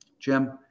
Jim